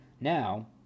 now